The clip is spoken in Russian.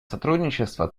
сотрудничество